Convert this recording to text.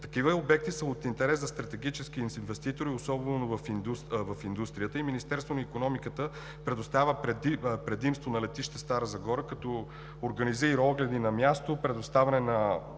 Такива обекти са от интерес за стратегически инвеститори, особено в индустрията, и Министерството на икономиката предоставя предимство на летище Стара Загора, като организира огледи на място, предоставяне на